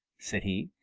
said he.